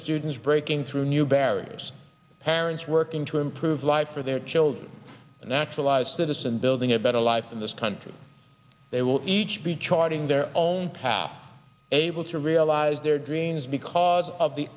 students breaking through new barriers parents working to improve life for their children a naturalized citizen building a better life in this country they will each be charting their own path able to realize their dreams because of the